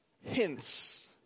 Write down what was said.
hints